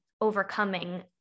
overcoming